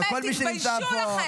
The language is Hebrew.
תתביישו לכם.